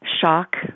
shock